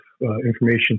information